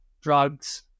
drugs